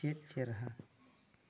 ᱪᱮᱫ ᱪᱮᱨᱦᱟ